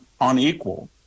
Unequal